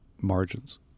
margins